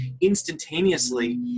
Instantaneously